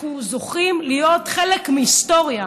אנחנו זוכים להיות חלק מהיסטוריה,